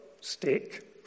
stick